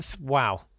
Wow